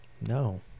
No